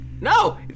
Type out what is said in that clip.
No